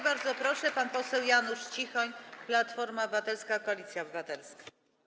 Bardzo proszę, pan poseł Janusz Cichoń, Platforma Obywatelska - Koalicja Obywatelska.